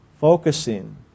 focusing